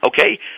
Okay